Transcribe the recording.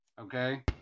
okay